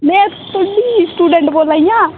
में तुं'दी स्टूडेंट बोलै'नी आं